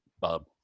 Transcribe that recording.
Bob